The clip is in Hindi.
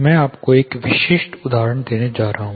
मैं आपको एक विशिष्ट उदाहरण देने जा रहा हूं